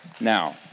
Now